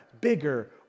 bigger